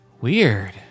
Weird